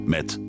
Met